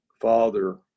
father